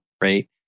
right